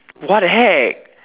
what the heck